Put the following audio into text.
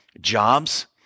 jobs